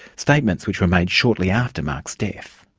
statements which were made shortly after mark's death.